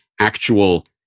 actual